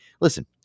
listen